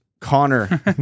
Connor